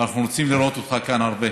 אנחנו רוצים לראות אותך כאן הרבה.